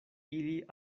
ili